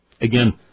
again